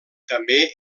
també